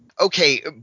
Okay